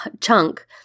chunk